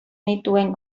nituen